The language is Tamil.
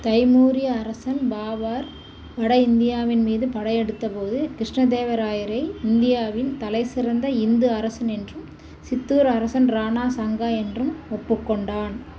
தைமூரிய அரசன் பாபர் வட இந்தியாவின் மீது படையெடுத்தபோது கிருஷ்ணதேவராயரை இந்தியாவின் தலைசிறந்த இந்து அரசன் என்றும் சித்தூர் அரசன் ராணா சங்கா என்றும் ஒப்புக் கொண்டான்